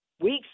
weeks